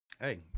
Hey